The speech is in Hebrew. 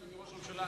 אדוני ראש הממשלה,